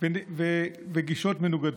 וגישות מנוגדות,